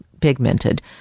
pigmented